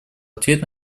ответ